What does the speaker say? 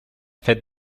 feta